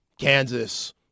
Kansas